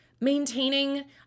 maintaining